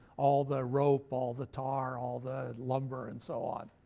all the rope, all the tar, all the lumber and so on.